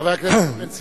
חבר הכנסת בן-סימון.